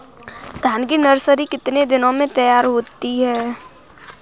धान की नर्सरी कितने दिनों में तैयार होती है?